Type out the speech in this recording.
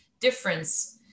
difference